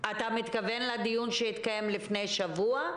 אתה מתכוון לדיון שהתקיים לפני שבוע?